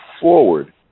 forward